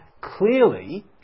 clearly